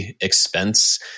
expense